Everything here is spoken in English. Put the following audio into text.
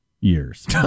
years